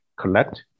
collect